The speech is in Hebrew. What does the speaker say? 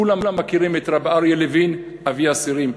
כולם מכירים את רבי אריה לוין, אבי האסירים.